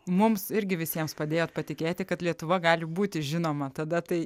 mums irgi visiems padėjot patikėti kad lietuva gali būti žinoma tada tai